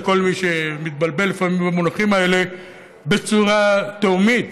לכל מי שמתבלבל לפעמים במונחים האלה בצורה תהומית,